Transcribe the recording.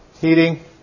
heating